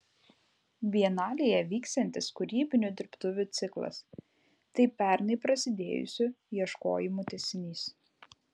bienalėje vyksiantis kūrybinių dirbtuvių ciklas tai pernai prasidėjusių ieškojimų tęsinys